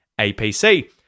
APC